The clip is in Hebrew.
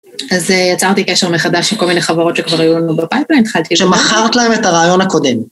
אז יצרתי קשר מחדש עם כל מיני חברות שכבר היו לנו בפייפליין, התחלתי... שמכרת להם את הרעיון הקודם.